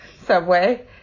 subway